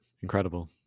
incredible